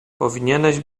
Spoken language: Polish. powinieneś